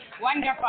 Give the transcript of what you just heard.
Wonderful